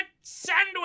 sandwich